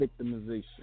victimization